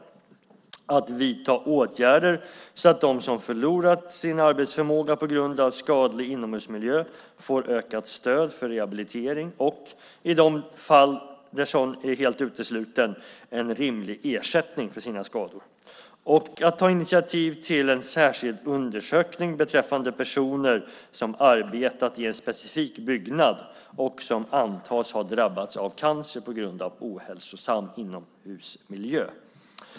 Vidare har han frågat om jag är beredd att vidta åtgärder så att de som förlorat sin arbetsförmåga på grund av skadlig inomhusmiljö får ökat stöd för rehabilitering och, i de fall sådan är helt utesluten, en rimlig ersättning för sina skador. Slutligen undrar han också om jag är beredd att ta initiativ till en särskild undersökning beträffande personer som arbetat i en specifik byggnad och som antas ha drabbats av cancer på grund av ohälsosam inomhusmiljö.